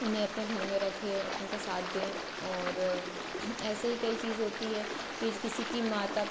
उन्हें अपने घर में रखें आप उनका साथ दें और ऐसे ही कई चीज़ होती है कि किसी की माता